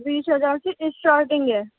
بیس ہزار سے اسٹارٹنگ ہیں